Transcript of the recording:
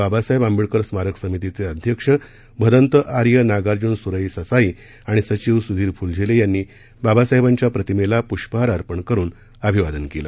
बाबासाहेब आंबेडकर स्मारक समितीचे अध्यक्ष भदंत आर्य नागार्जून सुरई ससाई आणि सचिव सुधीर फुलझेले यांनी बाबासाहेबांच्या प्रतिमेला प्ष्पहार अर्पण करून अभिवादन केलं